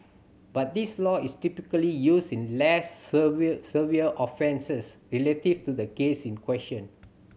but this law is typically used in less severe severe offences relative to the case in question